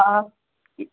آ